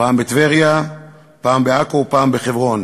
פעם בטבריה, פעם בעכו ופעם בחברון,